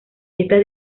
estas